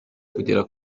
kugera